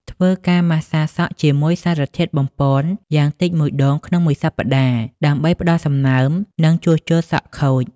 ធ្វើការម៉ាស្សាសក់ជាមួយសារធាតុបំប៉នយ៉ាងតិចមួយដងក្នុងមួយសប្តាហ៍ ដើម្បីផ្តល់សំណើម និងជួសជុលសក់ខូច ។